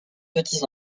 petits